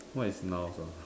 what is nouns ah